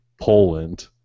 Poland